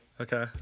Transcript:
Okay